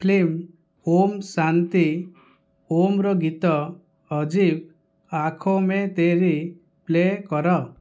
film Om Shanti Om ର ଗୀତ ଅଜୀବ ଆଖୋଁ ମେଁ ତେରି ପ୍ଳେ କର